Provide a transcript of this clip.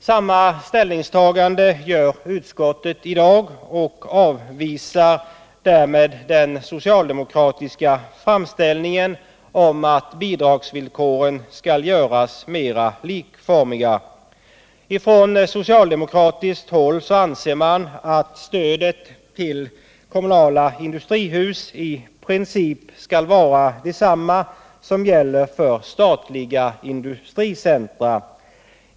Samma ställningstagande gör utskottet i dag och avvisar därmed den socialdemokratiska framställningen om att bidragsvillkoren skall göras mera likformiga. På socialdemokratiskt håll anser man att villkoren för stödet till kommunala industrihus i princip skall vara desamma som för statliga industricentra.